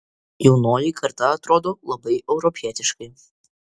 jaunoji karta atrodo labai europietiškai